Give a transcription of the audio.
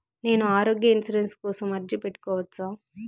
నేను ఆరోగ్య ఇన్సూరెన్సు కోసం అర్జీ పెట్టుకోవచ్చా?